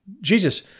Jesus